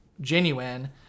genuine